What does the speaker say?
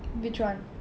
which one